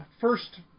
first